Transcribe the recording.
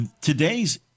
Today's